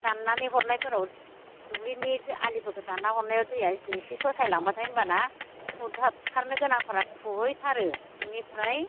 दाननानै हरनायफोराव दुब्लिनि आलिफोरखौ दानना हरनायाव दैया इसे ससाय लांबाथाय होनबाना फुथारनो गोनांफोरा फुहैथारो बेनिफ्राय